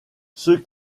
ceux